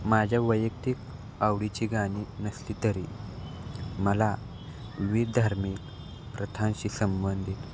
माझ्या वैयक्तिक आवडीची गाणी नसली तरी मला विविध धार्मिक प्रथांशी संबंधित